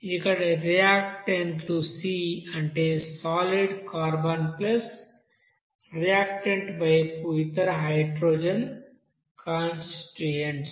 ఇక్కడ రియాక్టెంట్లు c అంటే సాలిడ్ కార్బన్రియాక్టెంట్ వైపు ఇతర హైడ్రోజన్ కాన్స్టిట్యూయెంట్స్